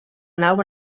nau